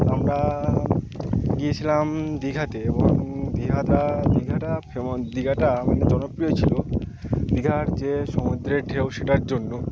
আমরা গিয়েছিলাম দীঘাতে এবং দীঘাটা দীঘাটা যেমন দীঘাটা মানে জনপ্রিয় ছিল দীঘার যে সমুদ্রের ঢেউ সেটার জন্য